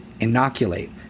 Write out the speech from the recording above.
inoculate